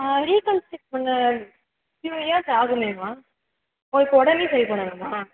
reconstruct பண்ண இன்னும் ஏன் சார் ஆகலிங்களா ஓ இப்போது உடனே சரி பண்ணனுமா